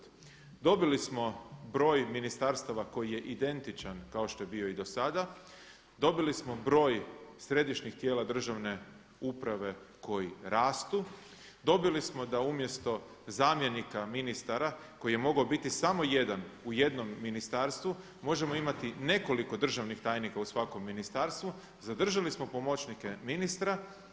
Dobili smo broj ministarstava koji je identičan kao što je bio i do sada, dobili smo broj središnjih tijela državne uprave koji rastu, dobili smo da umjesto zamjenika ministara koji je mogao biti samo jedan u jednom ministarstvu možemo imati nekoliko državnih tajnika u svakom ministarstvu, zadržali smo pomoćnike ministra.